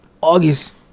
August